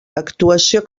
actuació